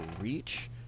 Reach